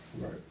Right